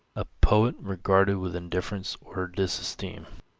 a poet regarded with indifference or disesteem.